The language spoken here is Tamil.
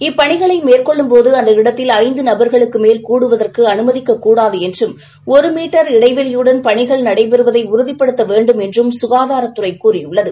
இப்பணிகளை மேற்கொள்ளும் போது அந்த இடத்தில் ஐந்து நபர்களுக்கு மேல் கூடுதவற்கு அனுமதிக்கக்கூடாது என்றும் ஒரு மீட்டர் இடைவெளியுடன் பணிகளை நடைபெறுவதை உறுதிபடுத்த வேண்டும் என்றும் சுகாதாரத்துறை கூறியுள்ளது